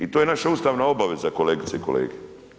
I to je naša ustavna obaveza kolegice i kolege.